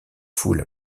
foule